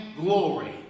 glory